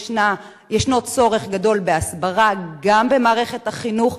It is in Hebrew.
יש צורך גדול בהסברה גם במערכת החינוך,